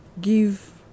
give